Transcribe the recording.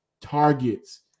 targets